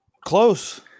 Close